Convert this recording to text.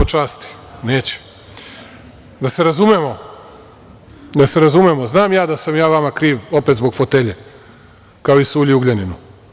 Da se razumemo, znam ja da sam ja vama kriv opet zbog fotelje, kao i Sulji Ugljaninu.